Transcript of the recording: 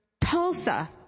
Tulsa